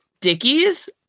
Dickies